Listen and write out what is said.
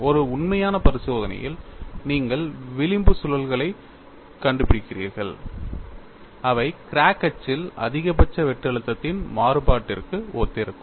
ஒரு உண்மையான பரிசோதனையில் நீங்கள் விளிம்பு சுழல்களைக் கண்டுபிடிப்பீர்கள் அவை கிராக் அச்சில் அதிகபட்ச வெட்டு அழுத்தத்தின் மாறுபாட்டிற்கு ஒத்திருக்கும்